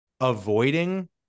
avoiding